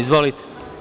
Izvolite.